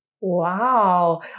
Wow